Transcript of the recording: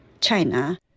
China